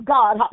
God